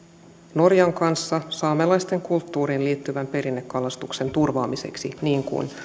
norjan kanssa saamelaisten kulttuuriin liittyvän perinnekalastuksen turvaamiseksi niin kuin